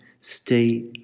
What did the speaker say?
stay